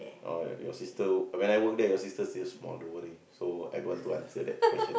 oh your sister when I work there your sister still small don't worry so I don't want to answer that question